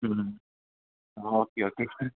mm okay okay